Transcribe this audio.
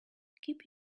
keep